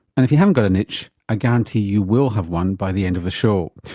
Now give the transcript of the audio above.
and if you haven't got an itch i guarantee you will have one by the end of the show.